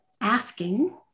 asking